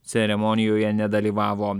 ceremonijoje nedalyvavo